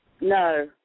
No